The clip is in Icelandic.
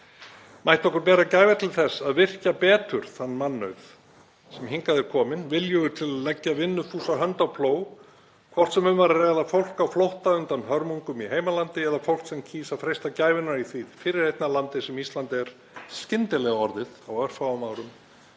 Mættum við bera gæfu til þess að virkja betur þann mannauð sem hingað er kominn, viljugur til að leggja vinnufúsa hönd á plóg, hvort sem um er að ræða fólk á flótta undan hörmungum í heimalandi eða fólk sem kýs að freista gæfunnar í því fyrirheitna landi sem Ísland er skyndilega orðið á örfáum árum,